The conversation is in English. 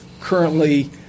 currently